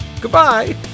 Goodbye